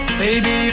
baby